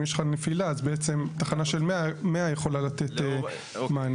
אם יש לך נפילה אז בעצם תחנה של 100 יכולה לתת מענה.